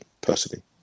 personally